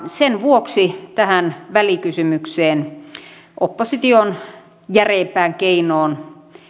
sen vuoksi tähän välikysymykseen opposition järeimpään keinoon